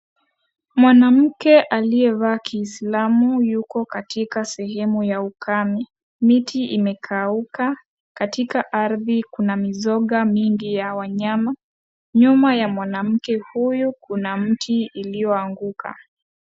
Mwanamke aliyevaa kiislamu yuko katika sehemu ya ukame. Miti imekauka katika ardhi kuna mizoga miingi ya wanyama, nyuma ya mwanamke huyu kuna mti iliyoanguka.